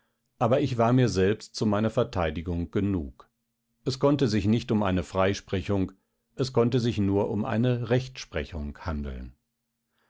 aber ich war mir selbst zu meiner verteidigung genug es konnte sich nicht um eine freisprechung es konnte sich nur um eine rechtsprechung handeln